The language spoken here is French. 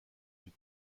plus